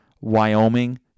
Wyoming